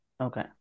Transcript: Okay